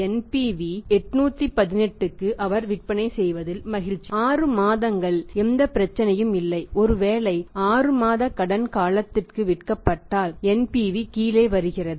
NPV 818 அவர் விற்பனை செய்வதில் மகிழ்ச்சி 6 மாதங்கள் எந்த பிரச்சனையும் இல்லை ஒருவேளை 6 மாத கடன் காலத்திற்கு விற்கப்பட்டால் NPV கீழே வருகிறது